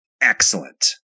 excellent